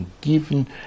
given